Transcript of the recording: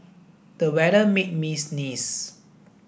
the weather made me sneeze